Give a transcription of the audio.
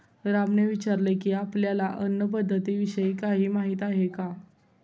रामने विचारले की, आपल्याला अन्न पद्धतीविषयी काही माहित आहे का?